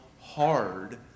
hard